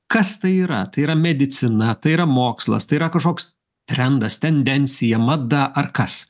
kas tai yra tai yra medicina tai yra mokslas tai yra kažkoks trendas tendencija mada ar kas